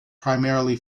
primarily